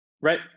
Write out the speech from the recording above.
Right